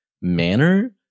manner